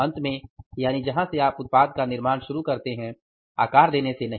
अंत में यानि जहाँ से आप उत्पाद का निर्माण शुरू करते हैं आकार देने से नहीं